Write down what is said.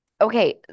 okay